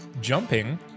jumping